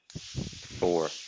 four